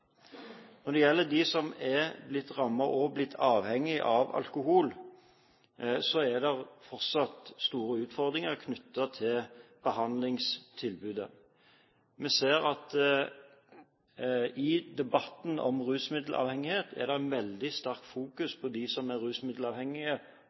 Når det gjelder de som er blitt rammet, og som er blitt avhengig av alkohol, er det fortsatt store utfordringer knyttet til behandlingstilbudet. Vi ser at det i debatten om rusmiddelavhengighet er en veldig sterk